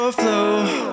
flow